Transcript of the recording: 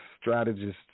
strategists